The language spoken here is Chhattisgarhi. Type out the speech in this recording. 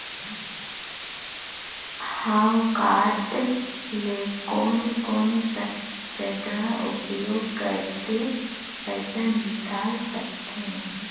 हव कारड ले कोन कोन सा जगह उपयोग करेके पइसा निकाल सकथे?